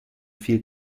viel